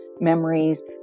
memories